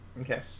Okay